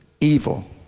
evil